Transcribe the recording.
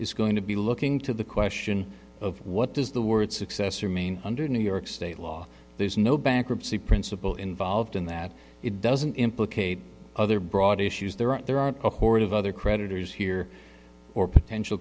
is going to be looking to the question of what does the word successor mean under new york state law there's no bankruptcy principle involved in that it doesn't implicate other broader issues there are there are a horde of other creditors here or potential